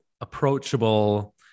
approachable